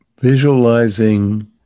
visualizing